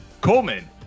Coleman